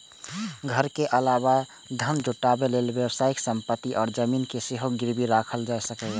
घर के अलावा धन जुटाबै लेल व्यावसायिक संपत्ति आ जमीन कें सेहो गिरबी राखल जा सकैए